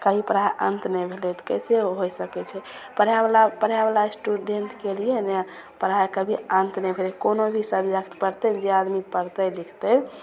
कभी पढ़ाइ अन्त नहि भेलै तऽ कइसे होइ सकै छै पढ़ैवला पढ़ैवला स्टूडेन्टके लिए ने पढ़ाइ कभी अन्त नहि भेलै कोनो भी सबजेक्ट पढ़ते ने जे आदमी पढ़तै लिखतै